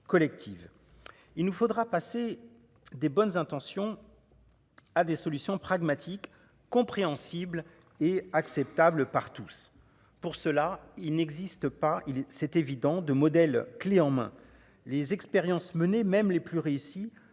Il nous faudra passer des bonnes intentions. À des solutions pragmatiques compréhensible et acceptable par tous. Pour cela, il n'existe pas, il est 7 évident de modèles clés en main les expériences menées, même les plus réussies